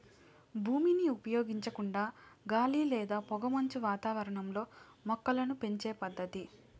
భూమిని ఉపయోగించకుండా గాలి లేదా పొగమంచు వాతావరణంలో మొక్కలను పెంచే పద్దతి